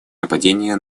нападения